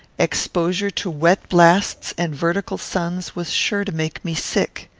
exposure to wet blasts and vertical suns was sure to make me sick.